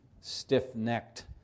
stiff-necked